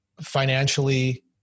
financially